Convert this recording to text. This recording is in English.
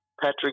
Patrick